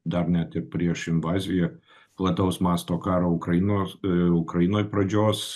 dar net ir prieš invaziją plataus masto karo ukrainos ukrainoj pradžios